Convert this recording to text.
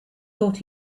thought